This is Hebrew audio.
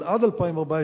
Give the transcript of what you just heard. אבל עד 2014,